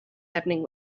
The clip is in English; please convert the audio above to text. happening